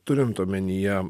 turint omenyje